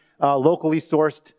locally-sourced